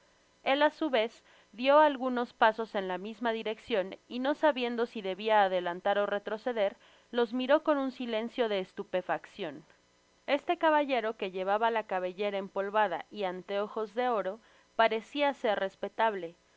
el á su vez dio algunos pasos en la misma direccion y no sabiendo si debia adelantar ó retroceder los miró con un silencio de estupefaccipn este caballero que llevaba la cabellera empolvada y anteojos de oro parecia ser respetable